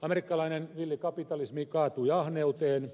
amerikkalainen villi kapitalismi kaatui ahneuteen